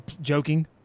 joking